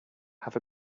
have